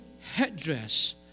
headdress